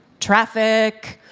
traffic,